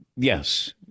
Yes